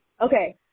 Okay